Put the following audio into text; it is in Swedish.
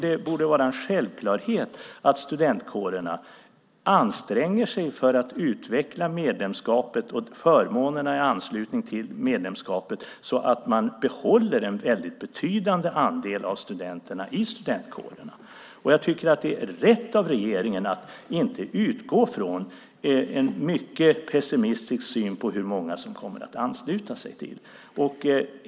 Det borde vara en självklarhet att studentkårerna anstränger sig för att utveckla förmånerna i anslutning till medlemskapet så att man behåller en betydande andel av studenterna i studentkårerna. Det är rätt av regeringen att inte utgå från en mycket pessimistisk syn på hur många som kommer att ansluta sig.